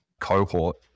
cohort